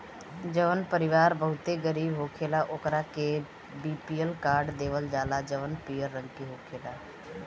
जवन परिवार बहुते गरीब होखेला ओकरा के बी.पी.एल कार्ड देवल जाला जवन पियर रंग के होखेला